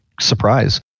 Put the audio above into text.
surprise